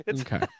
Okay